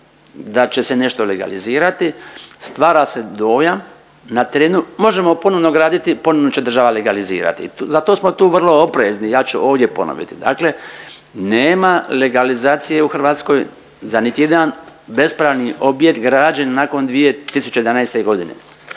da će se nešto legalizirati stvara se dojam na terenu, možemo ponovno graditi, ponovno će država legalizirati. Zato smo tu vrlo oprezni, ja ću ovdje ponoviti dakle nema legalizacije u Hrvatskoj za niti jedan bespravni objekt građen nakon 2011. godine.